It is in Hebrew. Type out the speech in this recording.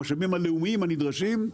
המשאבים הלאומיים הנדרשים,